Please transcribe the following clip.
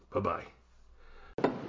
Bye-bye